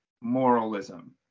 moralism